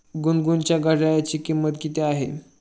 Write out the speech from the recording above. गुनगुनच्या घड्याळाची किंमत किती आहे?